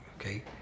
okay